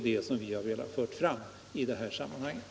Det är vad vi har velat föra fram i sammanhanget.